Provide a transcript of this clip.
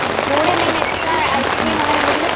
കൂടെ എന്തെങ്കിലും extra ice cream അങ്ങനെ എന്തെങ്കിലും